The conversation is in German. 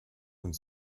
und